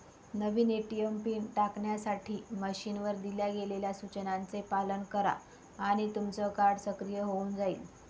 नवीन ATM PIN टाकण्यासाठी मशीनवर दिल्या गेलेल्या सूचनांचे पालन करा आणि तुमचं कार्ड सक्रिय होऊन जाईल